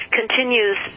continues